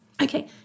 Okay